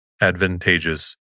advantageous